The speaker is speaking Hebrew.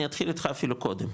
אני אתחיל איתך אפילו קודם,